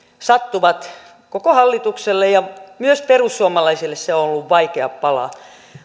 sattuvat koko hallitukseen ja myös perussuomalaisille ne ovat olleet vaikea pala